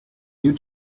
you